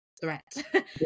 Threat